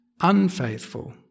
unfaithful